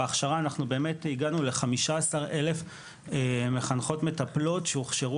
בהכשרה אנחנו באמת הגענו ל-15 אלף מחנכות-מטפלות שהוכשרו